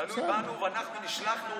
תלוי בנו, ואנחנו נשלחנו